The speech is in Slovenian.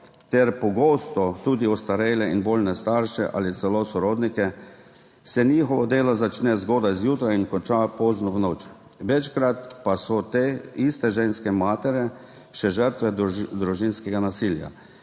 ter pogosto tudi ostarele in bolne starše ali celo sorodnike, se njihovo delo začne zgodaj zjutraj in konča pozno v noč. Večkrat pa so te iste ženske, matere, še žrtve družinskega nasilja.